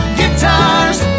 guitars